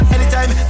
Anytime